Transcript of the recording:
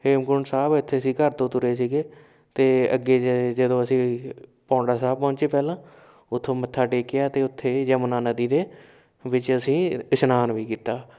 ਹੇਮਕੁੰਡ ਸਾਹਿਬ ਇੱਥੇ ਅਸੀ ਘਰ ਤੋਂ ਤੁਰੇ ਸੀਗੇ ਅਤੇ ਅੱਗੇ ਜ ਜਦੋਂ ਅਸੀਂ ਪਾਉਂਟਾ ਸਾਹਿਬ ਪਹੁੰਚੇ ਪਹਿਲਾਂ ਉੱਥੋਂ ਮੱਥਾ ਟੇਕਿਆ ਅਤੇ ਉੱਥੇ ਯਮੁਨਾ ਨਦੀ ਦੇ ਵਿੱਚ ਅਸੀਂ ਇਸ਼ਨਾਨ ਵੀ ਕੀਤਾ